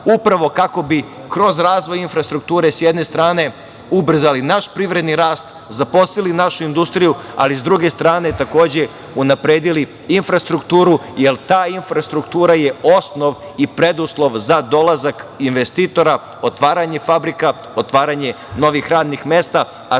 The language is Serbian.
upravo kako bi kroz razvoj infrastrukture, s jedne strane, ubrzali naš privredni rast, zaposlili našu industriju, ali sa druge strane, takođe, unapredili infrastrukturu, jer ta infrastruktura je osnov i preduslov za dolazak investitora, otvaranje fabrika, otvaranje novih drugih radnih mesta,